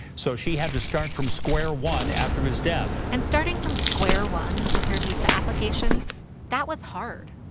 so she had to start from square one after his death and starting from square one with her visa application that was hard.